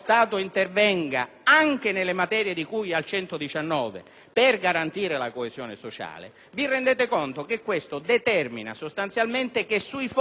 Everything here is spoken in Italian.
per garantire la coesione sociale, vi renderete conto che questo determina che i fondi che lo Stato dovrebbe dare alle Regioni a Statuto speciale,